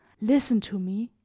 listen to me,